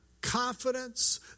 confidence